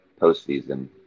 postseason